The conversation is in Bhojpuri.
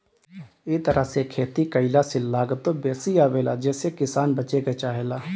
इ तरह से खेती कईला से लागतो बेसी आवेला जेसे किसान बचे के चाहेला